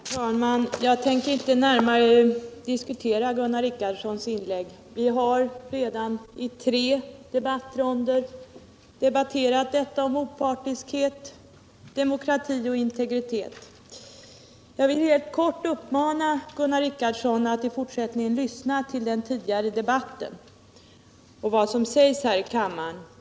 Herr talman! Jag tänker inte närmare diskutera Gunnar Richardsons inlägg. Vi har redan i tre debattronder behandlat opartiskheten, demokratin och integriteten. Helt kort vill jag bara uppmana Gunnar Richardson att i fortsättningen lyssna till vad som tidigare sagts här i kammaren.